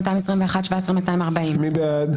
16,901 עד 16,920. מי בעד?